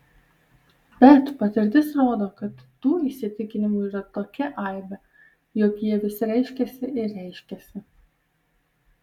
bet patirtis rodo kad tų įsitikinimų yra tokia aibė jog jie vis reiškiasi ir reiškiasi